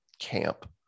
camp